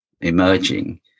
emerging